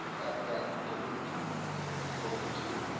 at that particular time booker t.